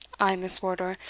ay, miss wardour,